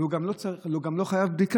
אבל הוא גם לא חייב בדיקה.